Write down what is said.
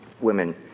women